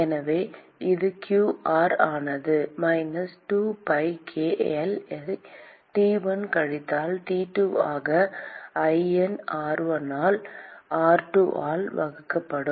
எனவே அது q r ஆனது மைனஸ் 2pi k L ஐ T1 கழித்தல் T2 ஆக ln r1 ஆல் r2 ஆல் வகுக்கப்படும்